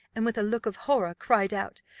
and with a look of horror cried out,